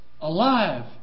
alive